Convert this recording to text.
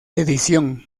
edición